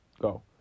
go